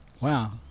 Wow